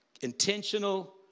intentional